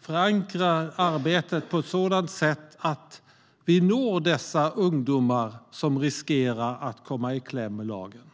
förankra arbetet på ett sådant sätt att vi når de ungdomar som riskerar att komma i kläm med lagen.